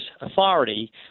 authority